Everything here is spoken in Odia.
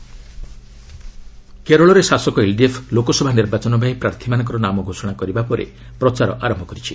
କେରଳ ଏଲ୍ଡିଏଫ୍ କେରଳରେ ଶାସକ ଏଲ୍ଡିଏଫ୍ ଲୋକସଭା ନିର୍ବାଚନ ପାଇଁ ପ୍ରାର୍ଥୀମାନଙ୍କ ନାମ ଘୋଷଣା କରିବା ପରେ ପ୍ରଚାର ଆରମ୍ଭ କରିଛି